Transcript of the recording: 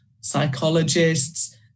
psychologists